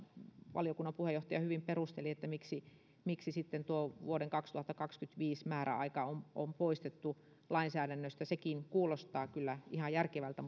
valiokunnan puheenjohtaja hyvin perusteli miksi miksi tuo vuoden kaksituhattakaksikymmentäviisi määräaika on on poistettu lainsäädännöstä sekin kuulostaa kyllä ihan järkevältä